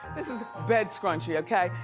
this is bed scrunchie, okay,